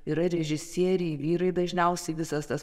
yra režisieriai vyrai dažniausiai visas tas